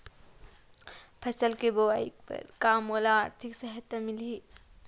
फसल के बोआई बर का मोला आर्थिक सहायता मिलही?